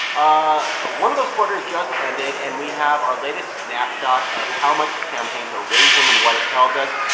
ah one of those quarters just ended, and we have our latest snapshot of how much the campaigns are raising and what it tells us.